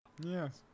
yes